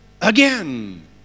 again